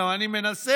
גם אני מנסה.